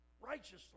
righteously